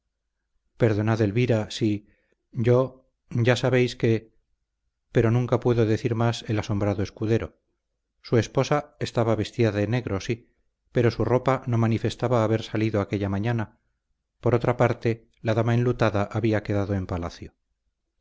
perdonad elvira si yo ya sabéis que pero nunca pudo decir más el asombrado escudero su esposa estaba vestida de negro sí pero su ropa no manifestaba haber salido aquella mañana por otra parte la dama enlutada había quedado en palacio